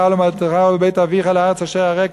וממולדתך ומבית אביך אל הארץ אשר אראך".